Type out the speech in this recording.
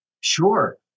Sure